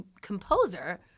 composer